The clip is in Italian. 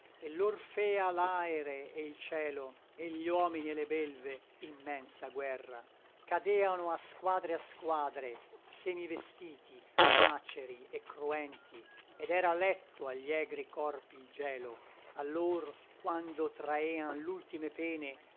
fea l'aere e il cielo e gli uomini e le belve immensa guerra cadeano a squadre a squadre semivestiti maceri e cruenti ed era letto agli egri corpi il gelo allor quando traean l'ultime pene